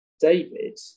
David